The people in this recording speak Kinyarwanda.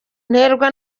nterwa